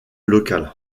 local